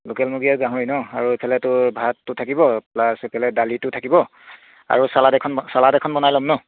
local মুৰ্গী আৰু গাহৰি ন আৰু এইফালে তোৰ ভাতটো থাকিব প্লাছ এইফালে দালিটো থাকিব আৰু চালাদ এখন চালাদ এখন বনাই ল'ম ন